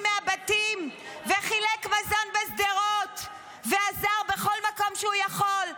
מהבתים וחילק מזון בשדרות ועזר בכל מקום שהוא יכול.